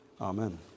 amen